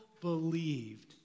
believed